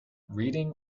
reading